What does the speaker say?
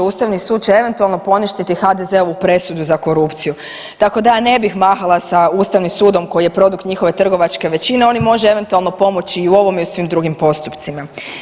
Ustavni sud će eventualno poništiti HDZ-ovu presudu za korupciju, tako da ja ne bih mahala sa Ustavnim sudom koji je produkt njihove trgovačke većine, on im može eventualno pomoći i u ovom i u svim drugim postupcima.